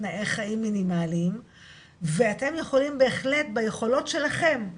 תנאי חיים מינימליים - ואתם יכולים בהחלט ביכולות שלכם,